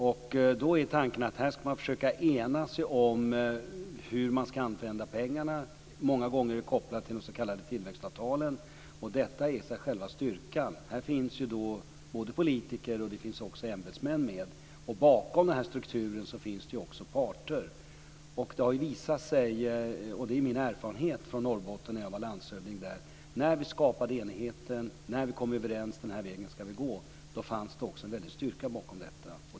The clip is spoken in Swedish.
Tanken är att man ska försöka ena sig om hur man ska använda pengarna. Många gånger är de kopplade till de s.k. tillväxtavtalen. Detta är själva styrkan. Här finns både politiker och ämbetsmän med. Bakom den här strukturen finns också parter. Det har visat sig, och det är min erfarenhet från den tid jag var landshövding i Norrbotten, att när vi skapade enighet, när vi kom överens om att den här vägen ska vi gå, fanns det också en väldig styrka bakom detta.